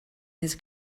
his